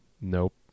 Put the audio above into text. Nope